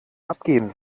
abgeben